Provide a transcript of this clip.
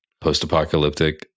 post-apocalyptic